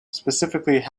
specifically